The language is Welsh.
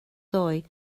ddoe